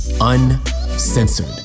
uncensored